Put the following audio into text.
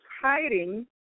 hiding